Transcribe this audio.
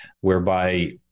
whereby